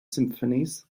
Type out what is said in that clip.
symphonies